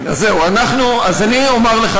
אז אומר לך,